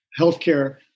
healthcare